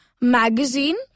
magazine